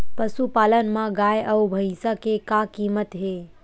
पशुपालन मा गाय अउ भंइसा के का कीमत हे?